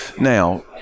now